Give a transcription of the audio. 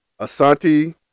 asante